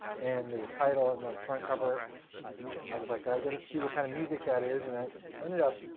and the title and the front cover i was like, i got to see what kind of music that is. and i ended up